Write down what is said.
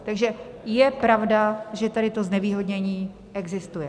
Takže je pravda, že tady to znevýhodnění existuje.